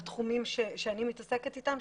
בתחומים שאני מתעסקת איתם,